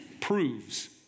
proves